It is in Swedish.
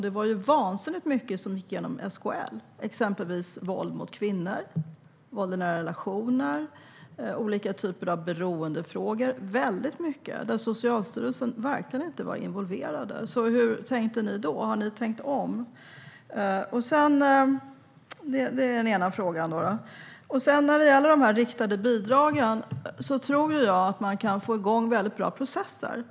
Det var vansinnigt mycket som gick genom SKL, exempelvis när det gällde våld mot kvinnor, våld i nära relationer och olika typer av beroendefrågor. Det var väldigt mycket som Socialstyrelsen inte verkade vara involverad i. Hur tänkte ni då, och har ni tänkt om? Det är en fråga. När det gäller de riktade bidragen tror jag att man kan få igång väldigt bra processer.